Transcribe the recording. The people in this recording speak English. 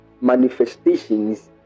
manifestations